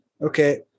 okay